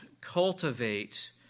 cultivate